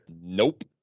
Nope